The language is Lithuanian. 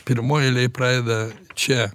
pirmoj eilėj pradeda čia